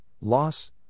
loss